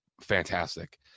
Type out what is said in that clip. fantastic